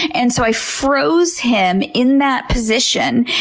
and so i froze him in that position.